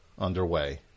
underway